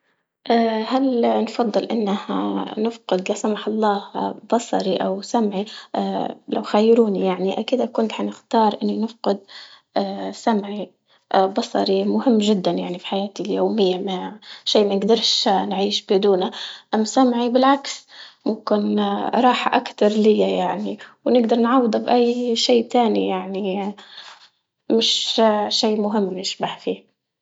هل نفضل إنه نفقد لا سمح الله بصري أو سمعي؟ لو خيروني يعني أكيد أكون حنختار إنه نفقد سمعي، بصري مهم جدا يعني في حياتي اليومية ما شش منقدرش نعيش بدونه، أم سمعي بالعكس نكون راحة أكتر ليا يعني، ونقدر نعوضه بأي شي تاني يعني مش شي مهم نشبح فيه.